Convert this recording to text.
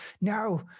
no